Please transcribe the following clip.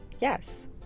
Yes